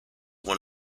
one